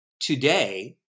today